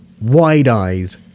wide-eyed